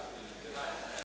Hvala